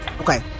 Okay